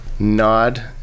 nod